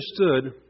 understood